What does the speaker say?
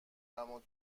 آدم